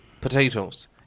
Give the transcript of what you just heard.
potatoes